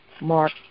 Mark